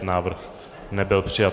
Návrh nebyl přijat.